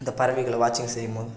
அந்த பறவைகளை வாட்சிங் செய்யும்போது